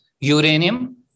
uranium